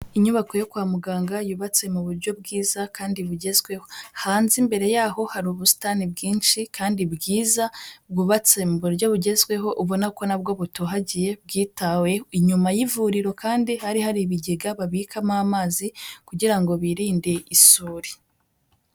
Inyubako yo kwa muganga yubatse mu buryo bwiza kandi bugezweho. Hanze imbere y'aho hari ubusitani bwinshi kandi bwiza bwubatse mu buryo bugezweho, ubona ko na bwo butohagiye bwitawe. Inyuma y'ivuriro kandi hari hari ibigega babikamo amazi kugira ngo birinde isuri